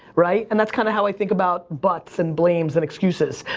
right, and that's kind of how i think about buts, and blames, and excuses.